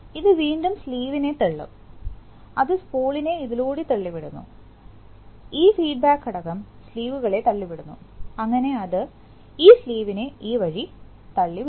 ഇത് വീണ്ടും സ്ലീവ് നേ തള്ളും അത് സ്പൂളിനെ ഇതിലൂടെ തള്ളിവിടുന്നു ഈ ഫീഡ്ബാക്ക് ഘടകം സ്ലീവുകളെ തള്ളിവിടുന്നു അങ്ങനെ അത് ഈ സ്ലീവ് നെ ഈ വഴി തള്ളിവിടുന്നു